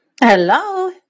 Hello